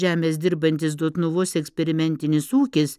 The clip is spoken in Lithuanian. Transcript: žemės dirbantis dotnuvos eksperimentinis ūkis